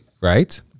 right